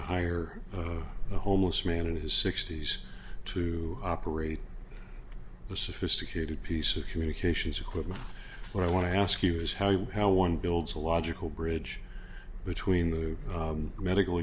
to hire a homeless man in his sixty's to operate the sophisticated piece of communications equipment what i want to ask you is how you how one builds a logical bridge between the medical